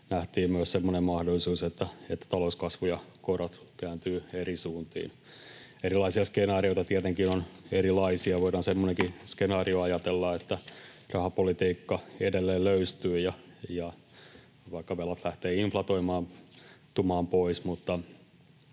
nähtiin myös semmoinen mahdollisuus, että talouskasvu ja korot kääntyvät eri suuntiin. Skenaarioita tietenkin on erilaisia. Voidaan semmoinenkin skenaario ajatella, että rahapolitiikka edelleen löystyy ja velat lähtevät vaikkapa inflatoitumaan pois,